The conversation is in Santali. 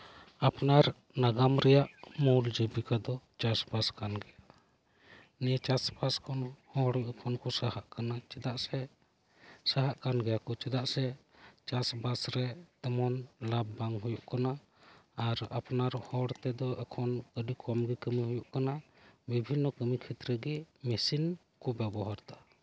ᱟᱯᱱᱟᱨ ᱱᱟᱜᱟᱢ ᱨᱮᱭᱟᱜ ᱢᱩᱞ ᱡᱤᱵᱤᱠᱟ ᱫᱚ ᱪᱟᱥ ᱵᱟᱥ ᱠᱟᱱᱜᱮᱭᱟ ᱱᱤᱭᱟᱹ ᱪᱟᱥᱵᱟᱥ ᱠᱷᱚᱱ ᱦᱚᱲ ᱮᱠᱷᱚᱱ ᱠᱚ ᱥᱟᱦᱟᱜ ᱠᱟᱱᱟ ᱪᱮᱫᱟᱜ ᱥᱮ ᱥᱟᱦᱟᱜ ᱠᱟᱱᱜᱮᱭᱟ ᱠᱚ ᱪᱮᱫᱟᱜ ᱥᱮ ᱪᱟᱥᱵᱟᱥ ᱨᱮ ᱛᱮᱢᱚᱱ ᱞᱟᱵᱷ ᱵᱟᱝ ᱦᱩᱭᱩᱜ ᱠᱟᱱᱟ ᱟᱨ ᱟᱯᱱᱟᱨ ᱦᱚᱲ ᱛᱮᱫᱚ ᱮᱠᱷᱚᱱ ᱟᱹᱰᱤ ᱠᱚᱢ ᱜᱮ ᱠᱟᱹᱢᱤ ᱦᱩᱭᱩᱜ ᱠᱟᱱᱟ ᱵᱤᱵᱷᱤᱱᱱᱚ ᱠᱟᱹᱢᱤ ᱠᱷᱮᱛᱨᱮᱜᱮ ᱢᱮᱥᱤᱱ ᱠᱚ ᱵᱮᱵᱚᱦᱟᱨ ᱮᱫᱟ